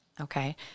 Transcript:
Okay